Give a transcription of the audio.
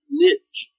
niche